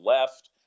left